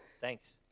Thanks